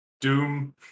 doom